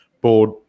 board